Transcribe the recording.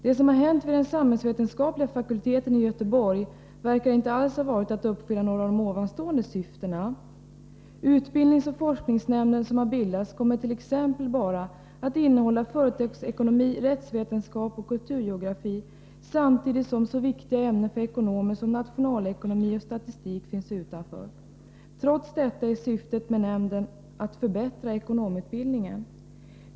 Det som har hänt vid den samhällsvetenskapliga fakulteten i Göteborg verkar inte alls ha skett för att uppfylla några av dessa syften. Den utbildningsoch forskningsnämnd som har bildats kommer t.ex. att innehålla bara företagsekonomi, rättsvetenskap och kulturgeografi, medan så viktiga ämnen för ekonomer som nationalekonomi och statistik lämnas utanför. Trots detta är syftet med nämnden att förbättra ekonomutbildningen.